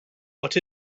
what